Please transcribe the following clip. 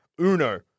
Uno